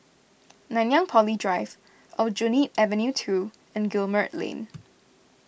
Nanyang Poly Drive Aljunied Avenue two and Guillemard Lane